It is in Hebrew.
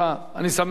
אני שמח שהגעת,